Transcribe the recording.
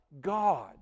God